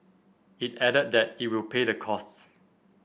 it added that it will pay the costs